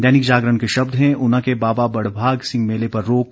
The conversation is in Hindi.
दैनिक जागरण के शब्द हैं ऊना के बाबा बड़भाग सिंह मेले पर रोक